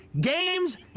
games